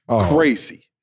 crazy